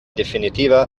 definitiva